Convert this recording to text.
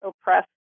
oppressed